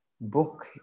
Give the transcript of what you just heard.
book